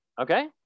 Okay